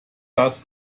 das